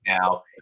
now